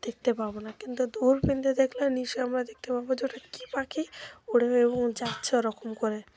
দেখতে পাবো না কিন্তু দূরবিন দিয়ে দেখলে নিশ্চয়ই আমরা দেখতে পাবো যে ওটা কী পাখি উড়ে এবং যাচ্ছে ওরকম করে